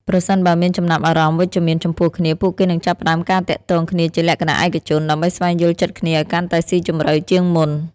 ប្រសិនបើមានចំណាប់អារម្មណ៍វិជ្ជមានចំពោះគ្នា ពួកគេនឹងចាប់ផ្តើមការទាក់ទងគ្នាជាលក្ខណៈឯកជន ដើម្បីស្វែងយល់ចិត្តគ្នាឱ្យកាន់តែស៊ីជម្រៅជាងមុន។